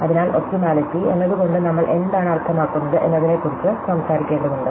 അതിനാൽ ഒപ്റ്റിമിലിറ്റി എന്നതുകൊണ്ട് നമ്മൾ എന്താണ് അർത്ഥമാക്കുന്നത് എന്നതിനെക്കുറിച്ച് സംസാരിക്കേണ്ടതുണ്ട്